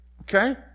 Okay